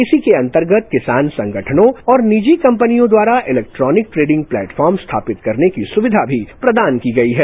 इसी के अंतर्गत किसान संगठनों और निजी कंपनियों द्वारा इलैक्ट्रॉनिक ट्रेडिंग प्लेटफॉर्म स्थापित करने की सुविधा भी प्रदान की गई है